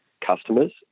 customers